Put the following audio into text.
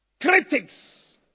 critics